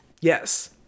Yes